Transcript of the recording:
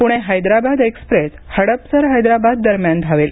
Pune Hyderabad express Hadapsar Hyderabad दरम्यान धावेल